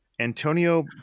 Antonio